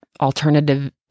alternative